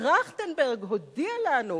טרכטנברג הודיע לנו,